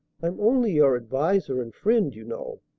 i'm only your adviser and friend, you know.